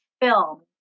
film